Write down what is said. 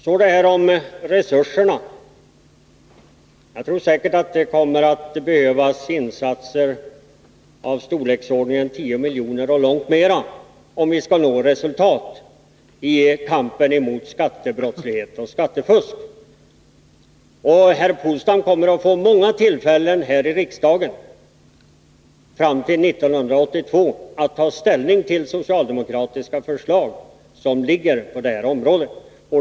Sedan till resurserna: Det kommer säkert att behövas insatser av storleksordningen 10 milj.kr. och långt mer om vi skall nå resultat i kampen mot skattebrottslighet och skattefusk. Herr Polstam kommer att här i riksdagen fram till 1982 få många tillfällen att ta ställning till socialdemokratiska förslag som läggs fram på detta område.